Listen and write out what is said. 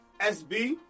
SB